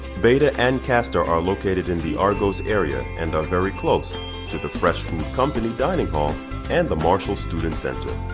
beta and castor are located in the argos area and are very close to the fresh food company dining hall and the marshall student center.